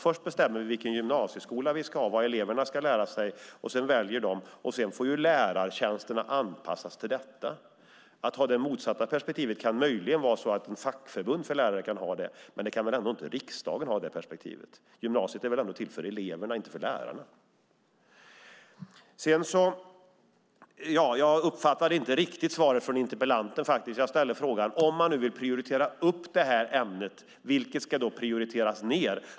Först bestämmer vi vilken gymnasieskola vi ska ha och vad eleverna ska lära sig, sedan får lärartjänsterna anpassas till hur eleverna väljer. Det motsatta perspektivet kan möjligen ett fackförbund för lärare ha, men inte riksdagen. Gymnasiet är till för eleverna och inte för lärarna. Jag uppfattade inte riktigt interpellantens svar. Jag ställde frågan: Om man vill prioritera upp det här ämnet, vilket ska då prioriteras ned?